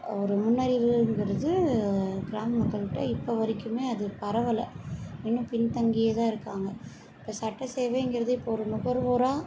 ஒரு நுண்ணறிவுங்கிறது கிராம மக்கள்கிட்ட இப்போ வரைக்குமே அது பரவலை இன்னும் பின்தங்கியே தான் இருக்காங்க இப்போ சட்டசேவைங்கறது இப்போ ஒரு நுகர்வோராக